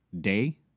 day